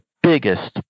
biggest